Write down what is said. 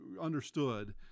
understood